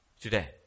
today